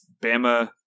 Bama